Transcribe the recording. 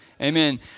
Amen